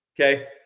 Okay